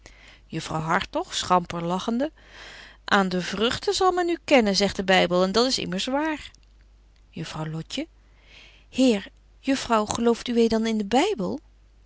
juffrouw hartog schamper lachende aan de vruchten zal men u kennen zegt de bybel en dat is immers waar juffrouw lotje heer juffrouw gelooft uwé dan in den bybel